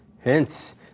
Hence